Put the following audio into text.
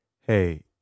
Hey